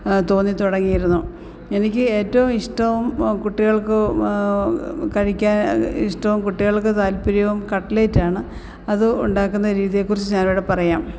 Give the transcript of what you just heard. തോന്നിത്തുടങ്ങിയിരുന്നു എനിക്ക് ഏറ്റവും ഇഷ്ടം കുട്ടികൾക്ക് കഴിക്കാൻ ഇഷ്ടം കുട്ടികൾക്ക് താൽപര്യവും കട്ട്ലേറ്റാണ് അത് ഉണ്ടാക്കുന്ന രീതിയേക്കുറിച്ച് ഞാനിവിടെ പറയാം